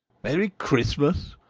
merry christmas!